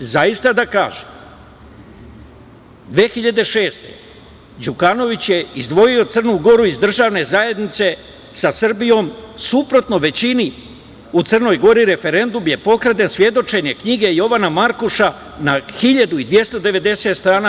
Zaista da kažem, 2006. godine Đukanović je izdvojio Crnu Goru iz državne zajednice sa Srbijom suprotno većini u Crnoj Gori, referendum je pokraden, svedočenje knjige Jovana Markuša na 1290 strana.